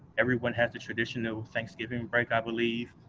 everyone has the traditional thanksgiving break, i believe.